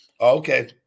Okay